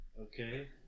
Okay